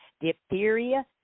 diphtheria